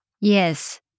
Yes